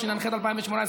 התשע"ח 2018,